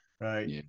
right